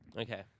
Okay